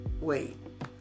Wait